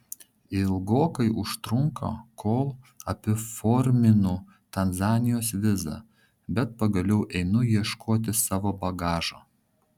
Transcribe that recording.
ilgokai užtrunka kol apiforminu tanzanijos vizą bet pagaliau einu ieškoti savo bagažo